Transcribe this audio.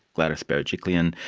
gladys berejiklian,